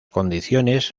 condiciones